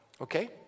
okay